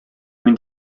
mynd